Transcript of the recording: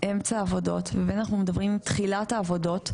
אמצע העבודות ובין אם אנחנו מדברים על תחילת העבודות,